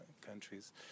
countries